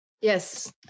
Yes